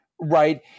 right